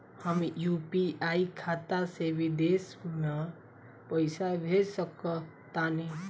हम यू.पी.आई खाता से विदेश म पइसा भेज सक तानि?